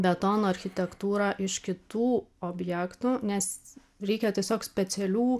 betono architektūrą iš kitų objektų nes reikia tiesiog specialių